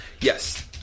Yes